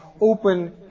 open